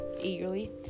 eagerly